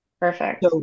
perfect